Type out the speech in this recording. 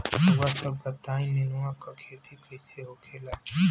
रउआ सभ बताई नेनुआ क खेती कईसे होखेला?